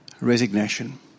resignation